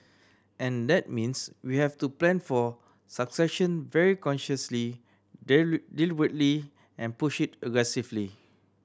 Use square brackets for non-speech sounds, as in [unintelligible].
and that means we have to plan for succession very consciously [unintelligible] deliberately and push it aggressively